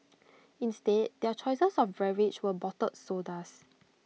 instead their choices of beverage were bottled sodas